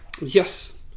yes